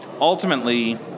ultimately